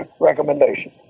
recommendation